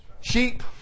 sheep